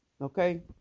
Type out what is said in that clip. okay